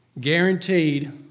Guaranteed